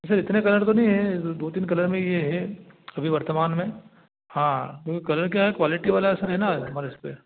sir इतने colour तो नहीं है दो तीन कलर में ही हैं अभी वर्तमान में हाँ क्योंकि कलर क्या है क्वालिटी वाला सर है ना हमारे इस पर